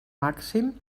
màxim